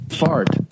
fart